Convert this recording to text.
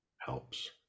helps